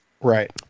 Right